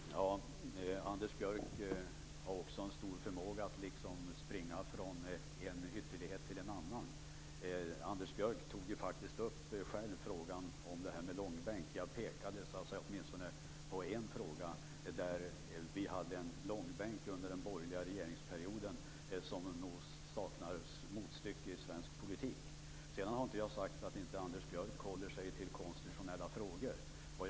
Fru talman! Anders Björck har också en stor förmåga att springa från en ytterlighet till en annan. Anders Björck tog ju faktiskt själv upp frågan om detta med långbänk. Jag pekade på en fråga där vi hade en långbänk under den borgerliga regeringsperioden. Den saknar nog motstycke i svensk politik. Men jag har inte sagt att Anders Björck inte håller sig till konstitutionella frågor.